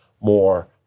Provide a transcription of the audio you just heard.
more